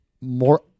more